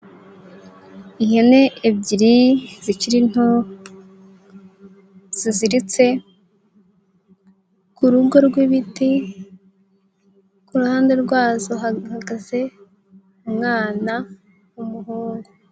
Ihene ebyiri zikiri nto, ziziritse ku rugo rw'ibiti, ku ruhande rwazo hahagaze umwana w'umuhungu.